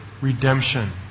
redemption